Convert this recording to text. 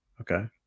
Okay